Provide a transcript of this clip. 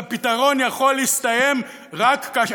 והפתרון יכול להסתיים רק כאשר,